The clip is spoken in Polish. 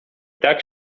tak